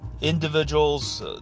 individuals